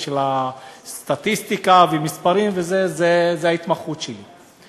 סטטיסטיקה ומספרים זה ההתמחות שלי.